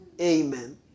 Amen